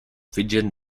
fijian